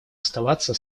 оставаться